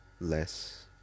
less